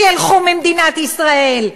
שילכו ממדינת ישראל,